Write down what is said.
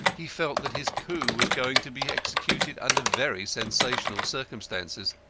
he felt that his coup was going to be executed under very sensational circumstances.